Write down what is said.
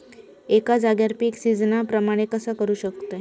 एका जाग्यार पीक सिजना प्रमाणे कसा करुक शकतय?